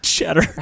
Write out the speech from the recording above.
Cheddar